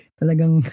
talagang